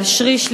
להשריש,